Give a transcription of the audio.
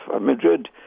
Madrid